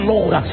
Lord